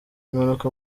impanuka